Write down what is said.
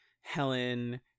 Helen